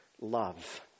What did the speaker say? love